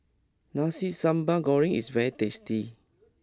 Nasi Sambal Goreng is very tasty